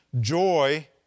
joy